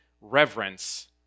reverence